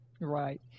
Right